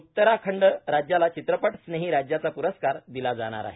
उत्तराखंड राज्याला चित्रपट स्नेही राज्याचा पुरस्कार दिला जाणार आहे